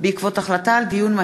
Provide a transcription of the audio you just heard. יסודות התקציב (תיקון,